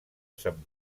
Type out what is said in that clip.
sant